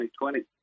2020